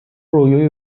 رویای